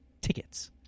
tickets